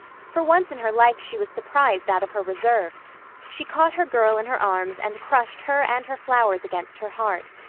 for once in her life she was surprised out of her reserve she caught her girl in her arms and crushed her and her flowers against her heart,